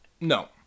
No